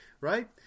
Right